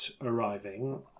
arriving